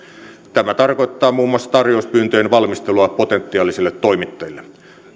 tämä tarkoittaa muun muassa tarjouspyyntöjen valmistelua potentiaalisille toimittajille